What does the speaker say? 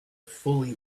fully